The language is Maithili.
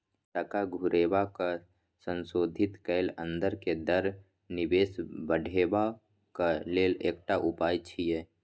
टका घुरेबाक संशोधित कैल अंदर के दर निवेश बढ़ेबाक लेल एकटा उपाय छिएय